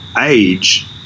age